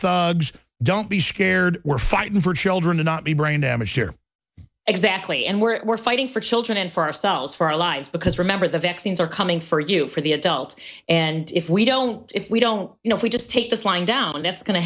like don't be scared we're fighting for children to not be brain damaged here exactly and where we're fighting for children and for ourselves for our lives because remember the vaccines are coming for you for the adults and if we don't if we don't you know if we just take this lying down that's go